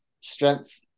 strength